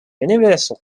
universal